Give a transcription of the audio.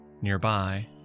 Nearby